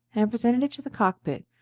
and presented it to the cock-pit,